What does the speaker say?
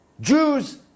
Jews